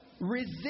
resist